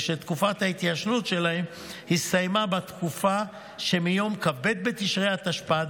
ושתקופת ההתיישנות שלהן הסתיימה בתקופה שמיום כ"ב בתשרי התשפ"ד,